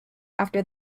after